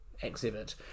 exhibit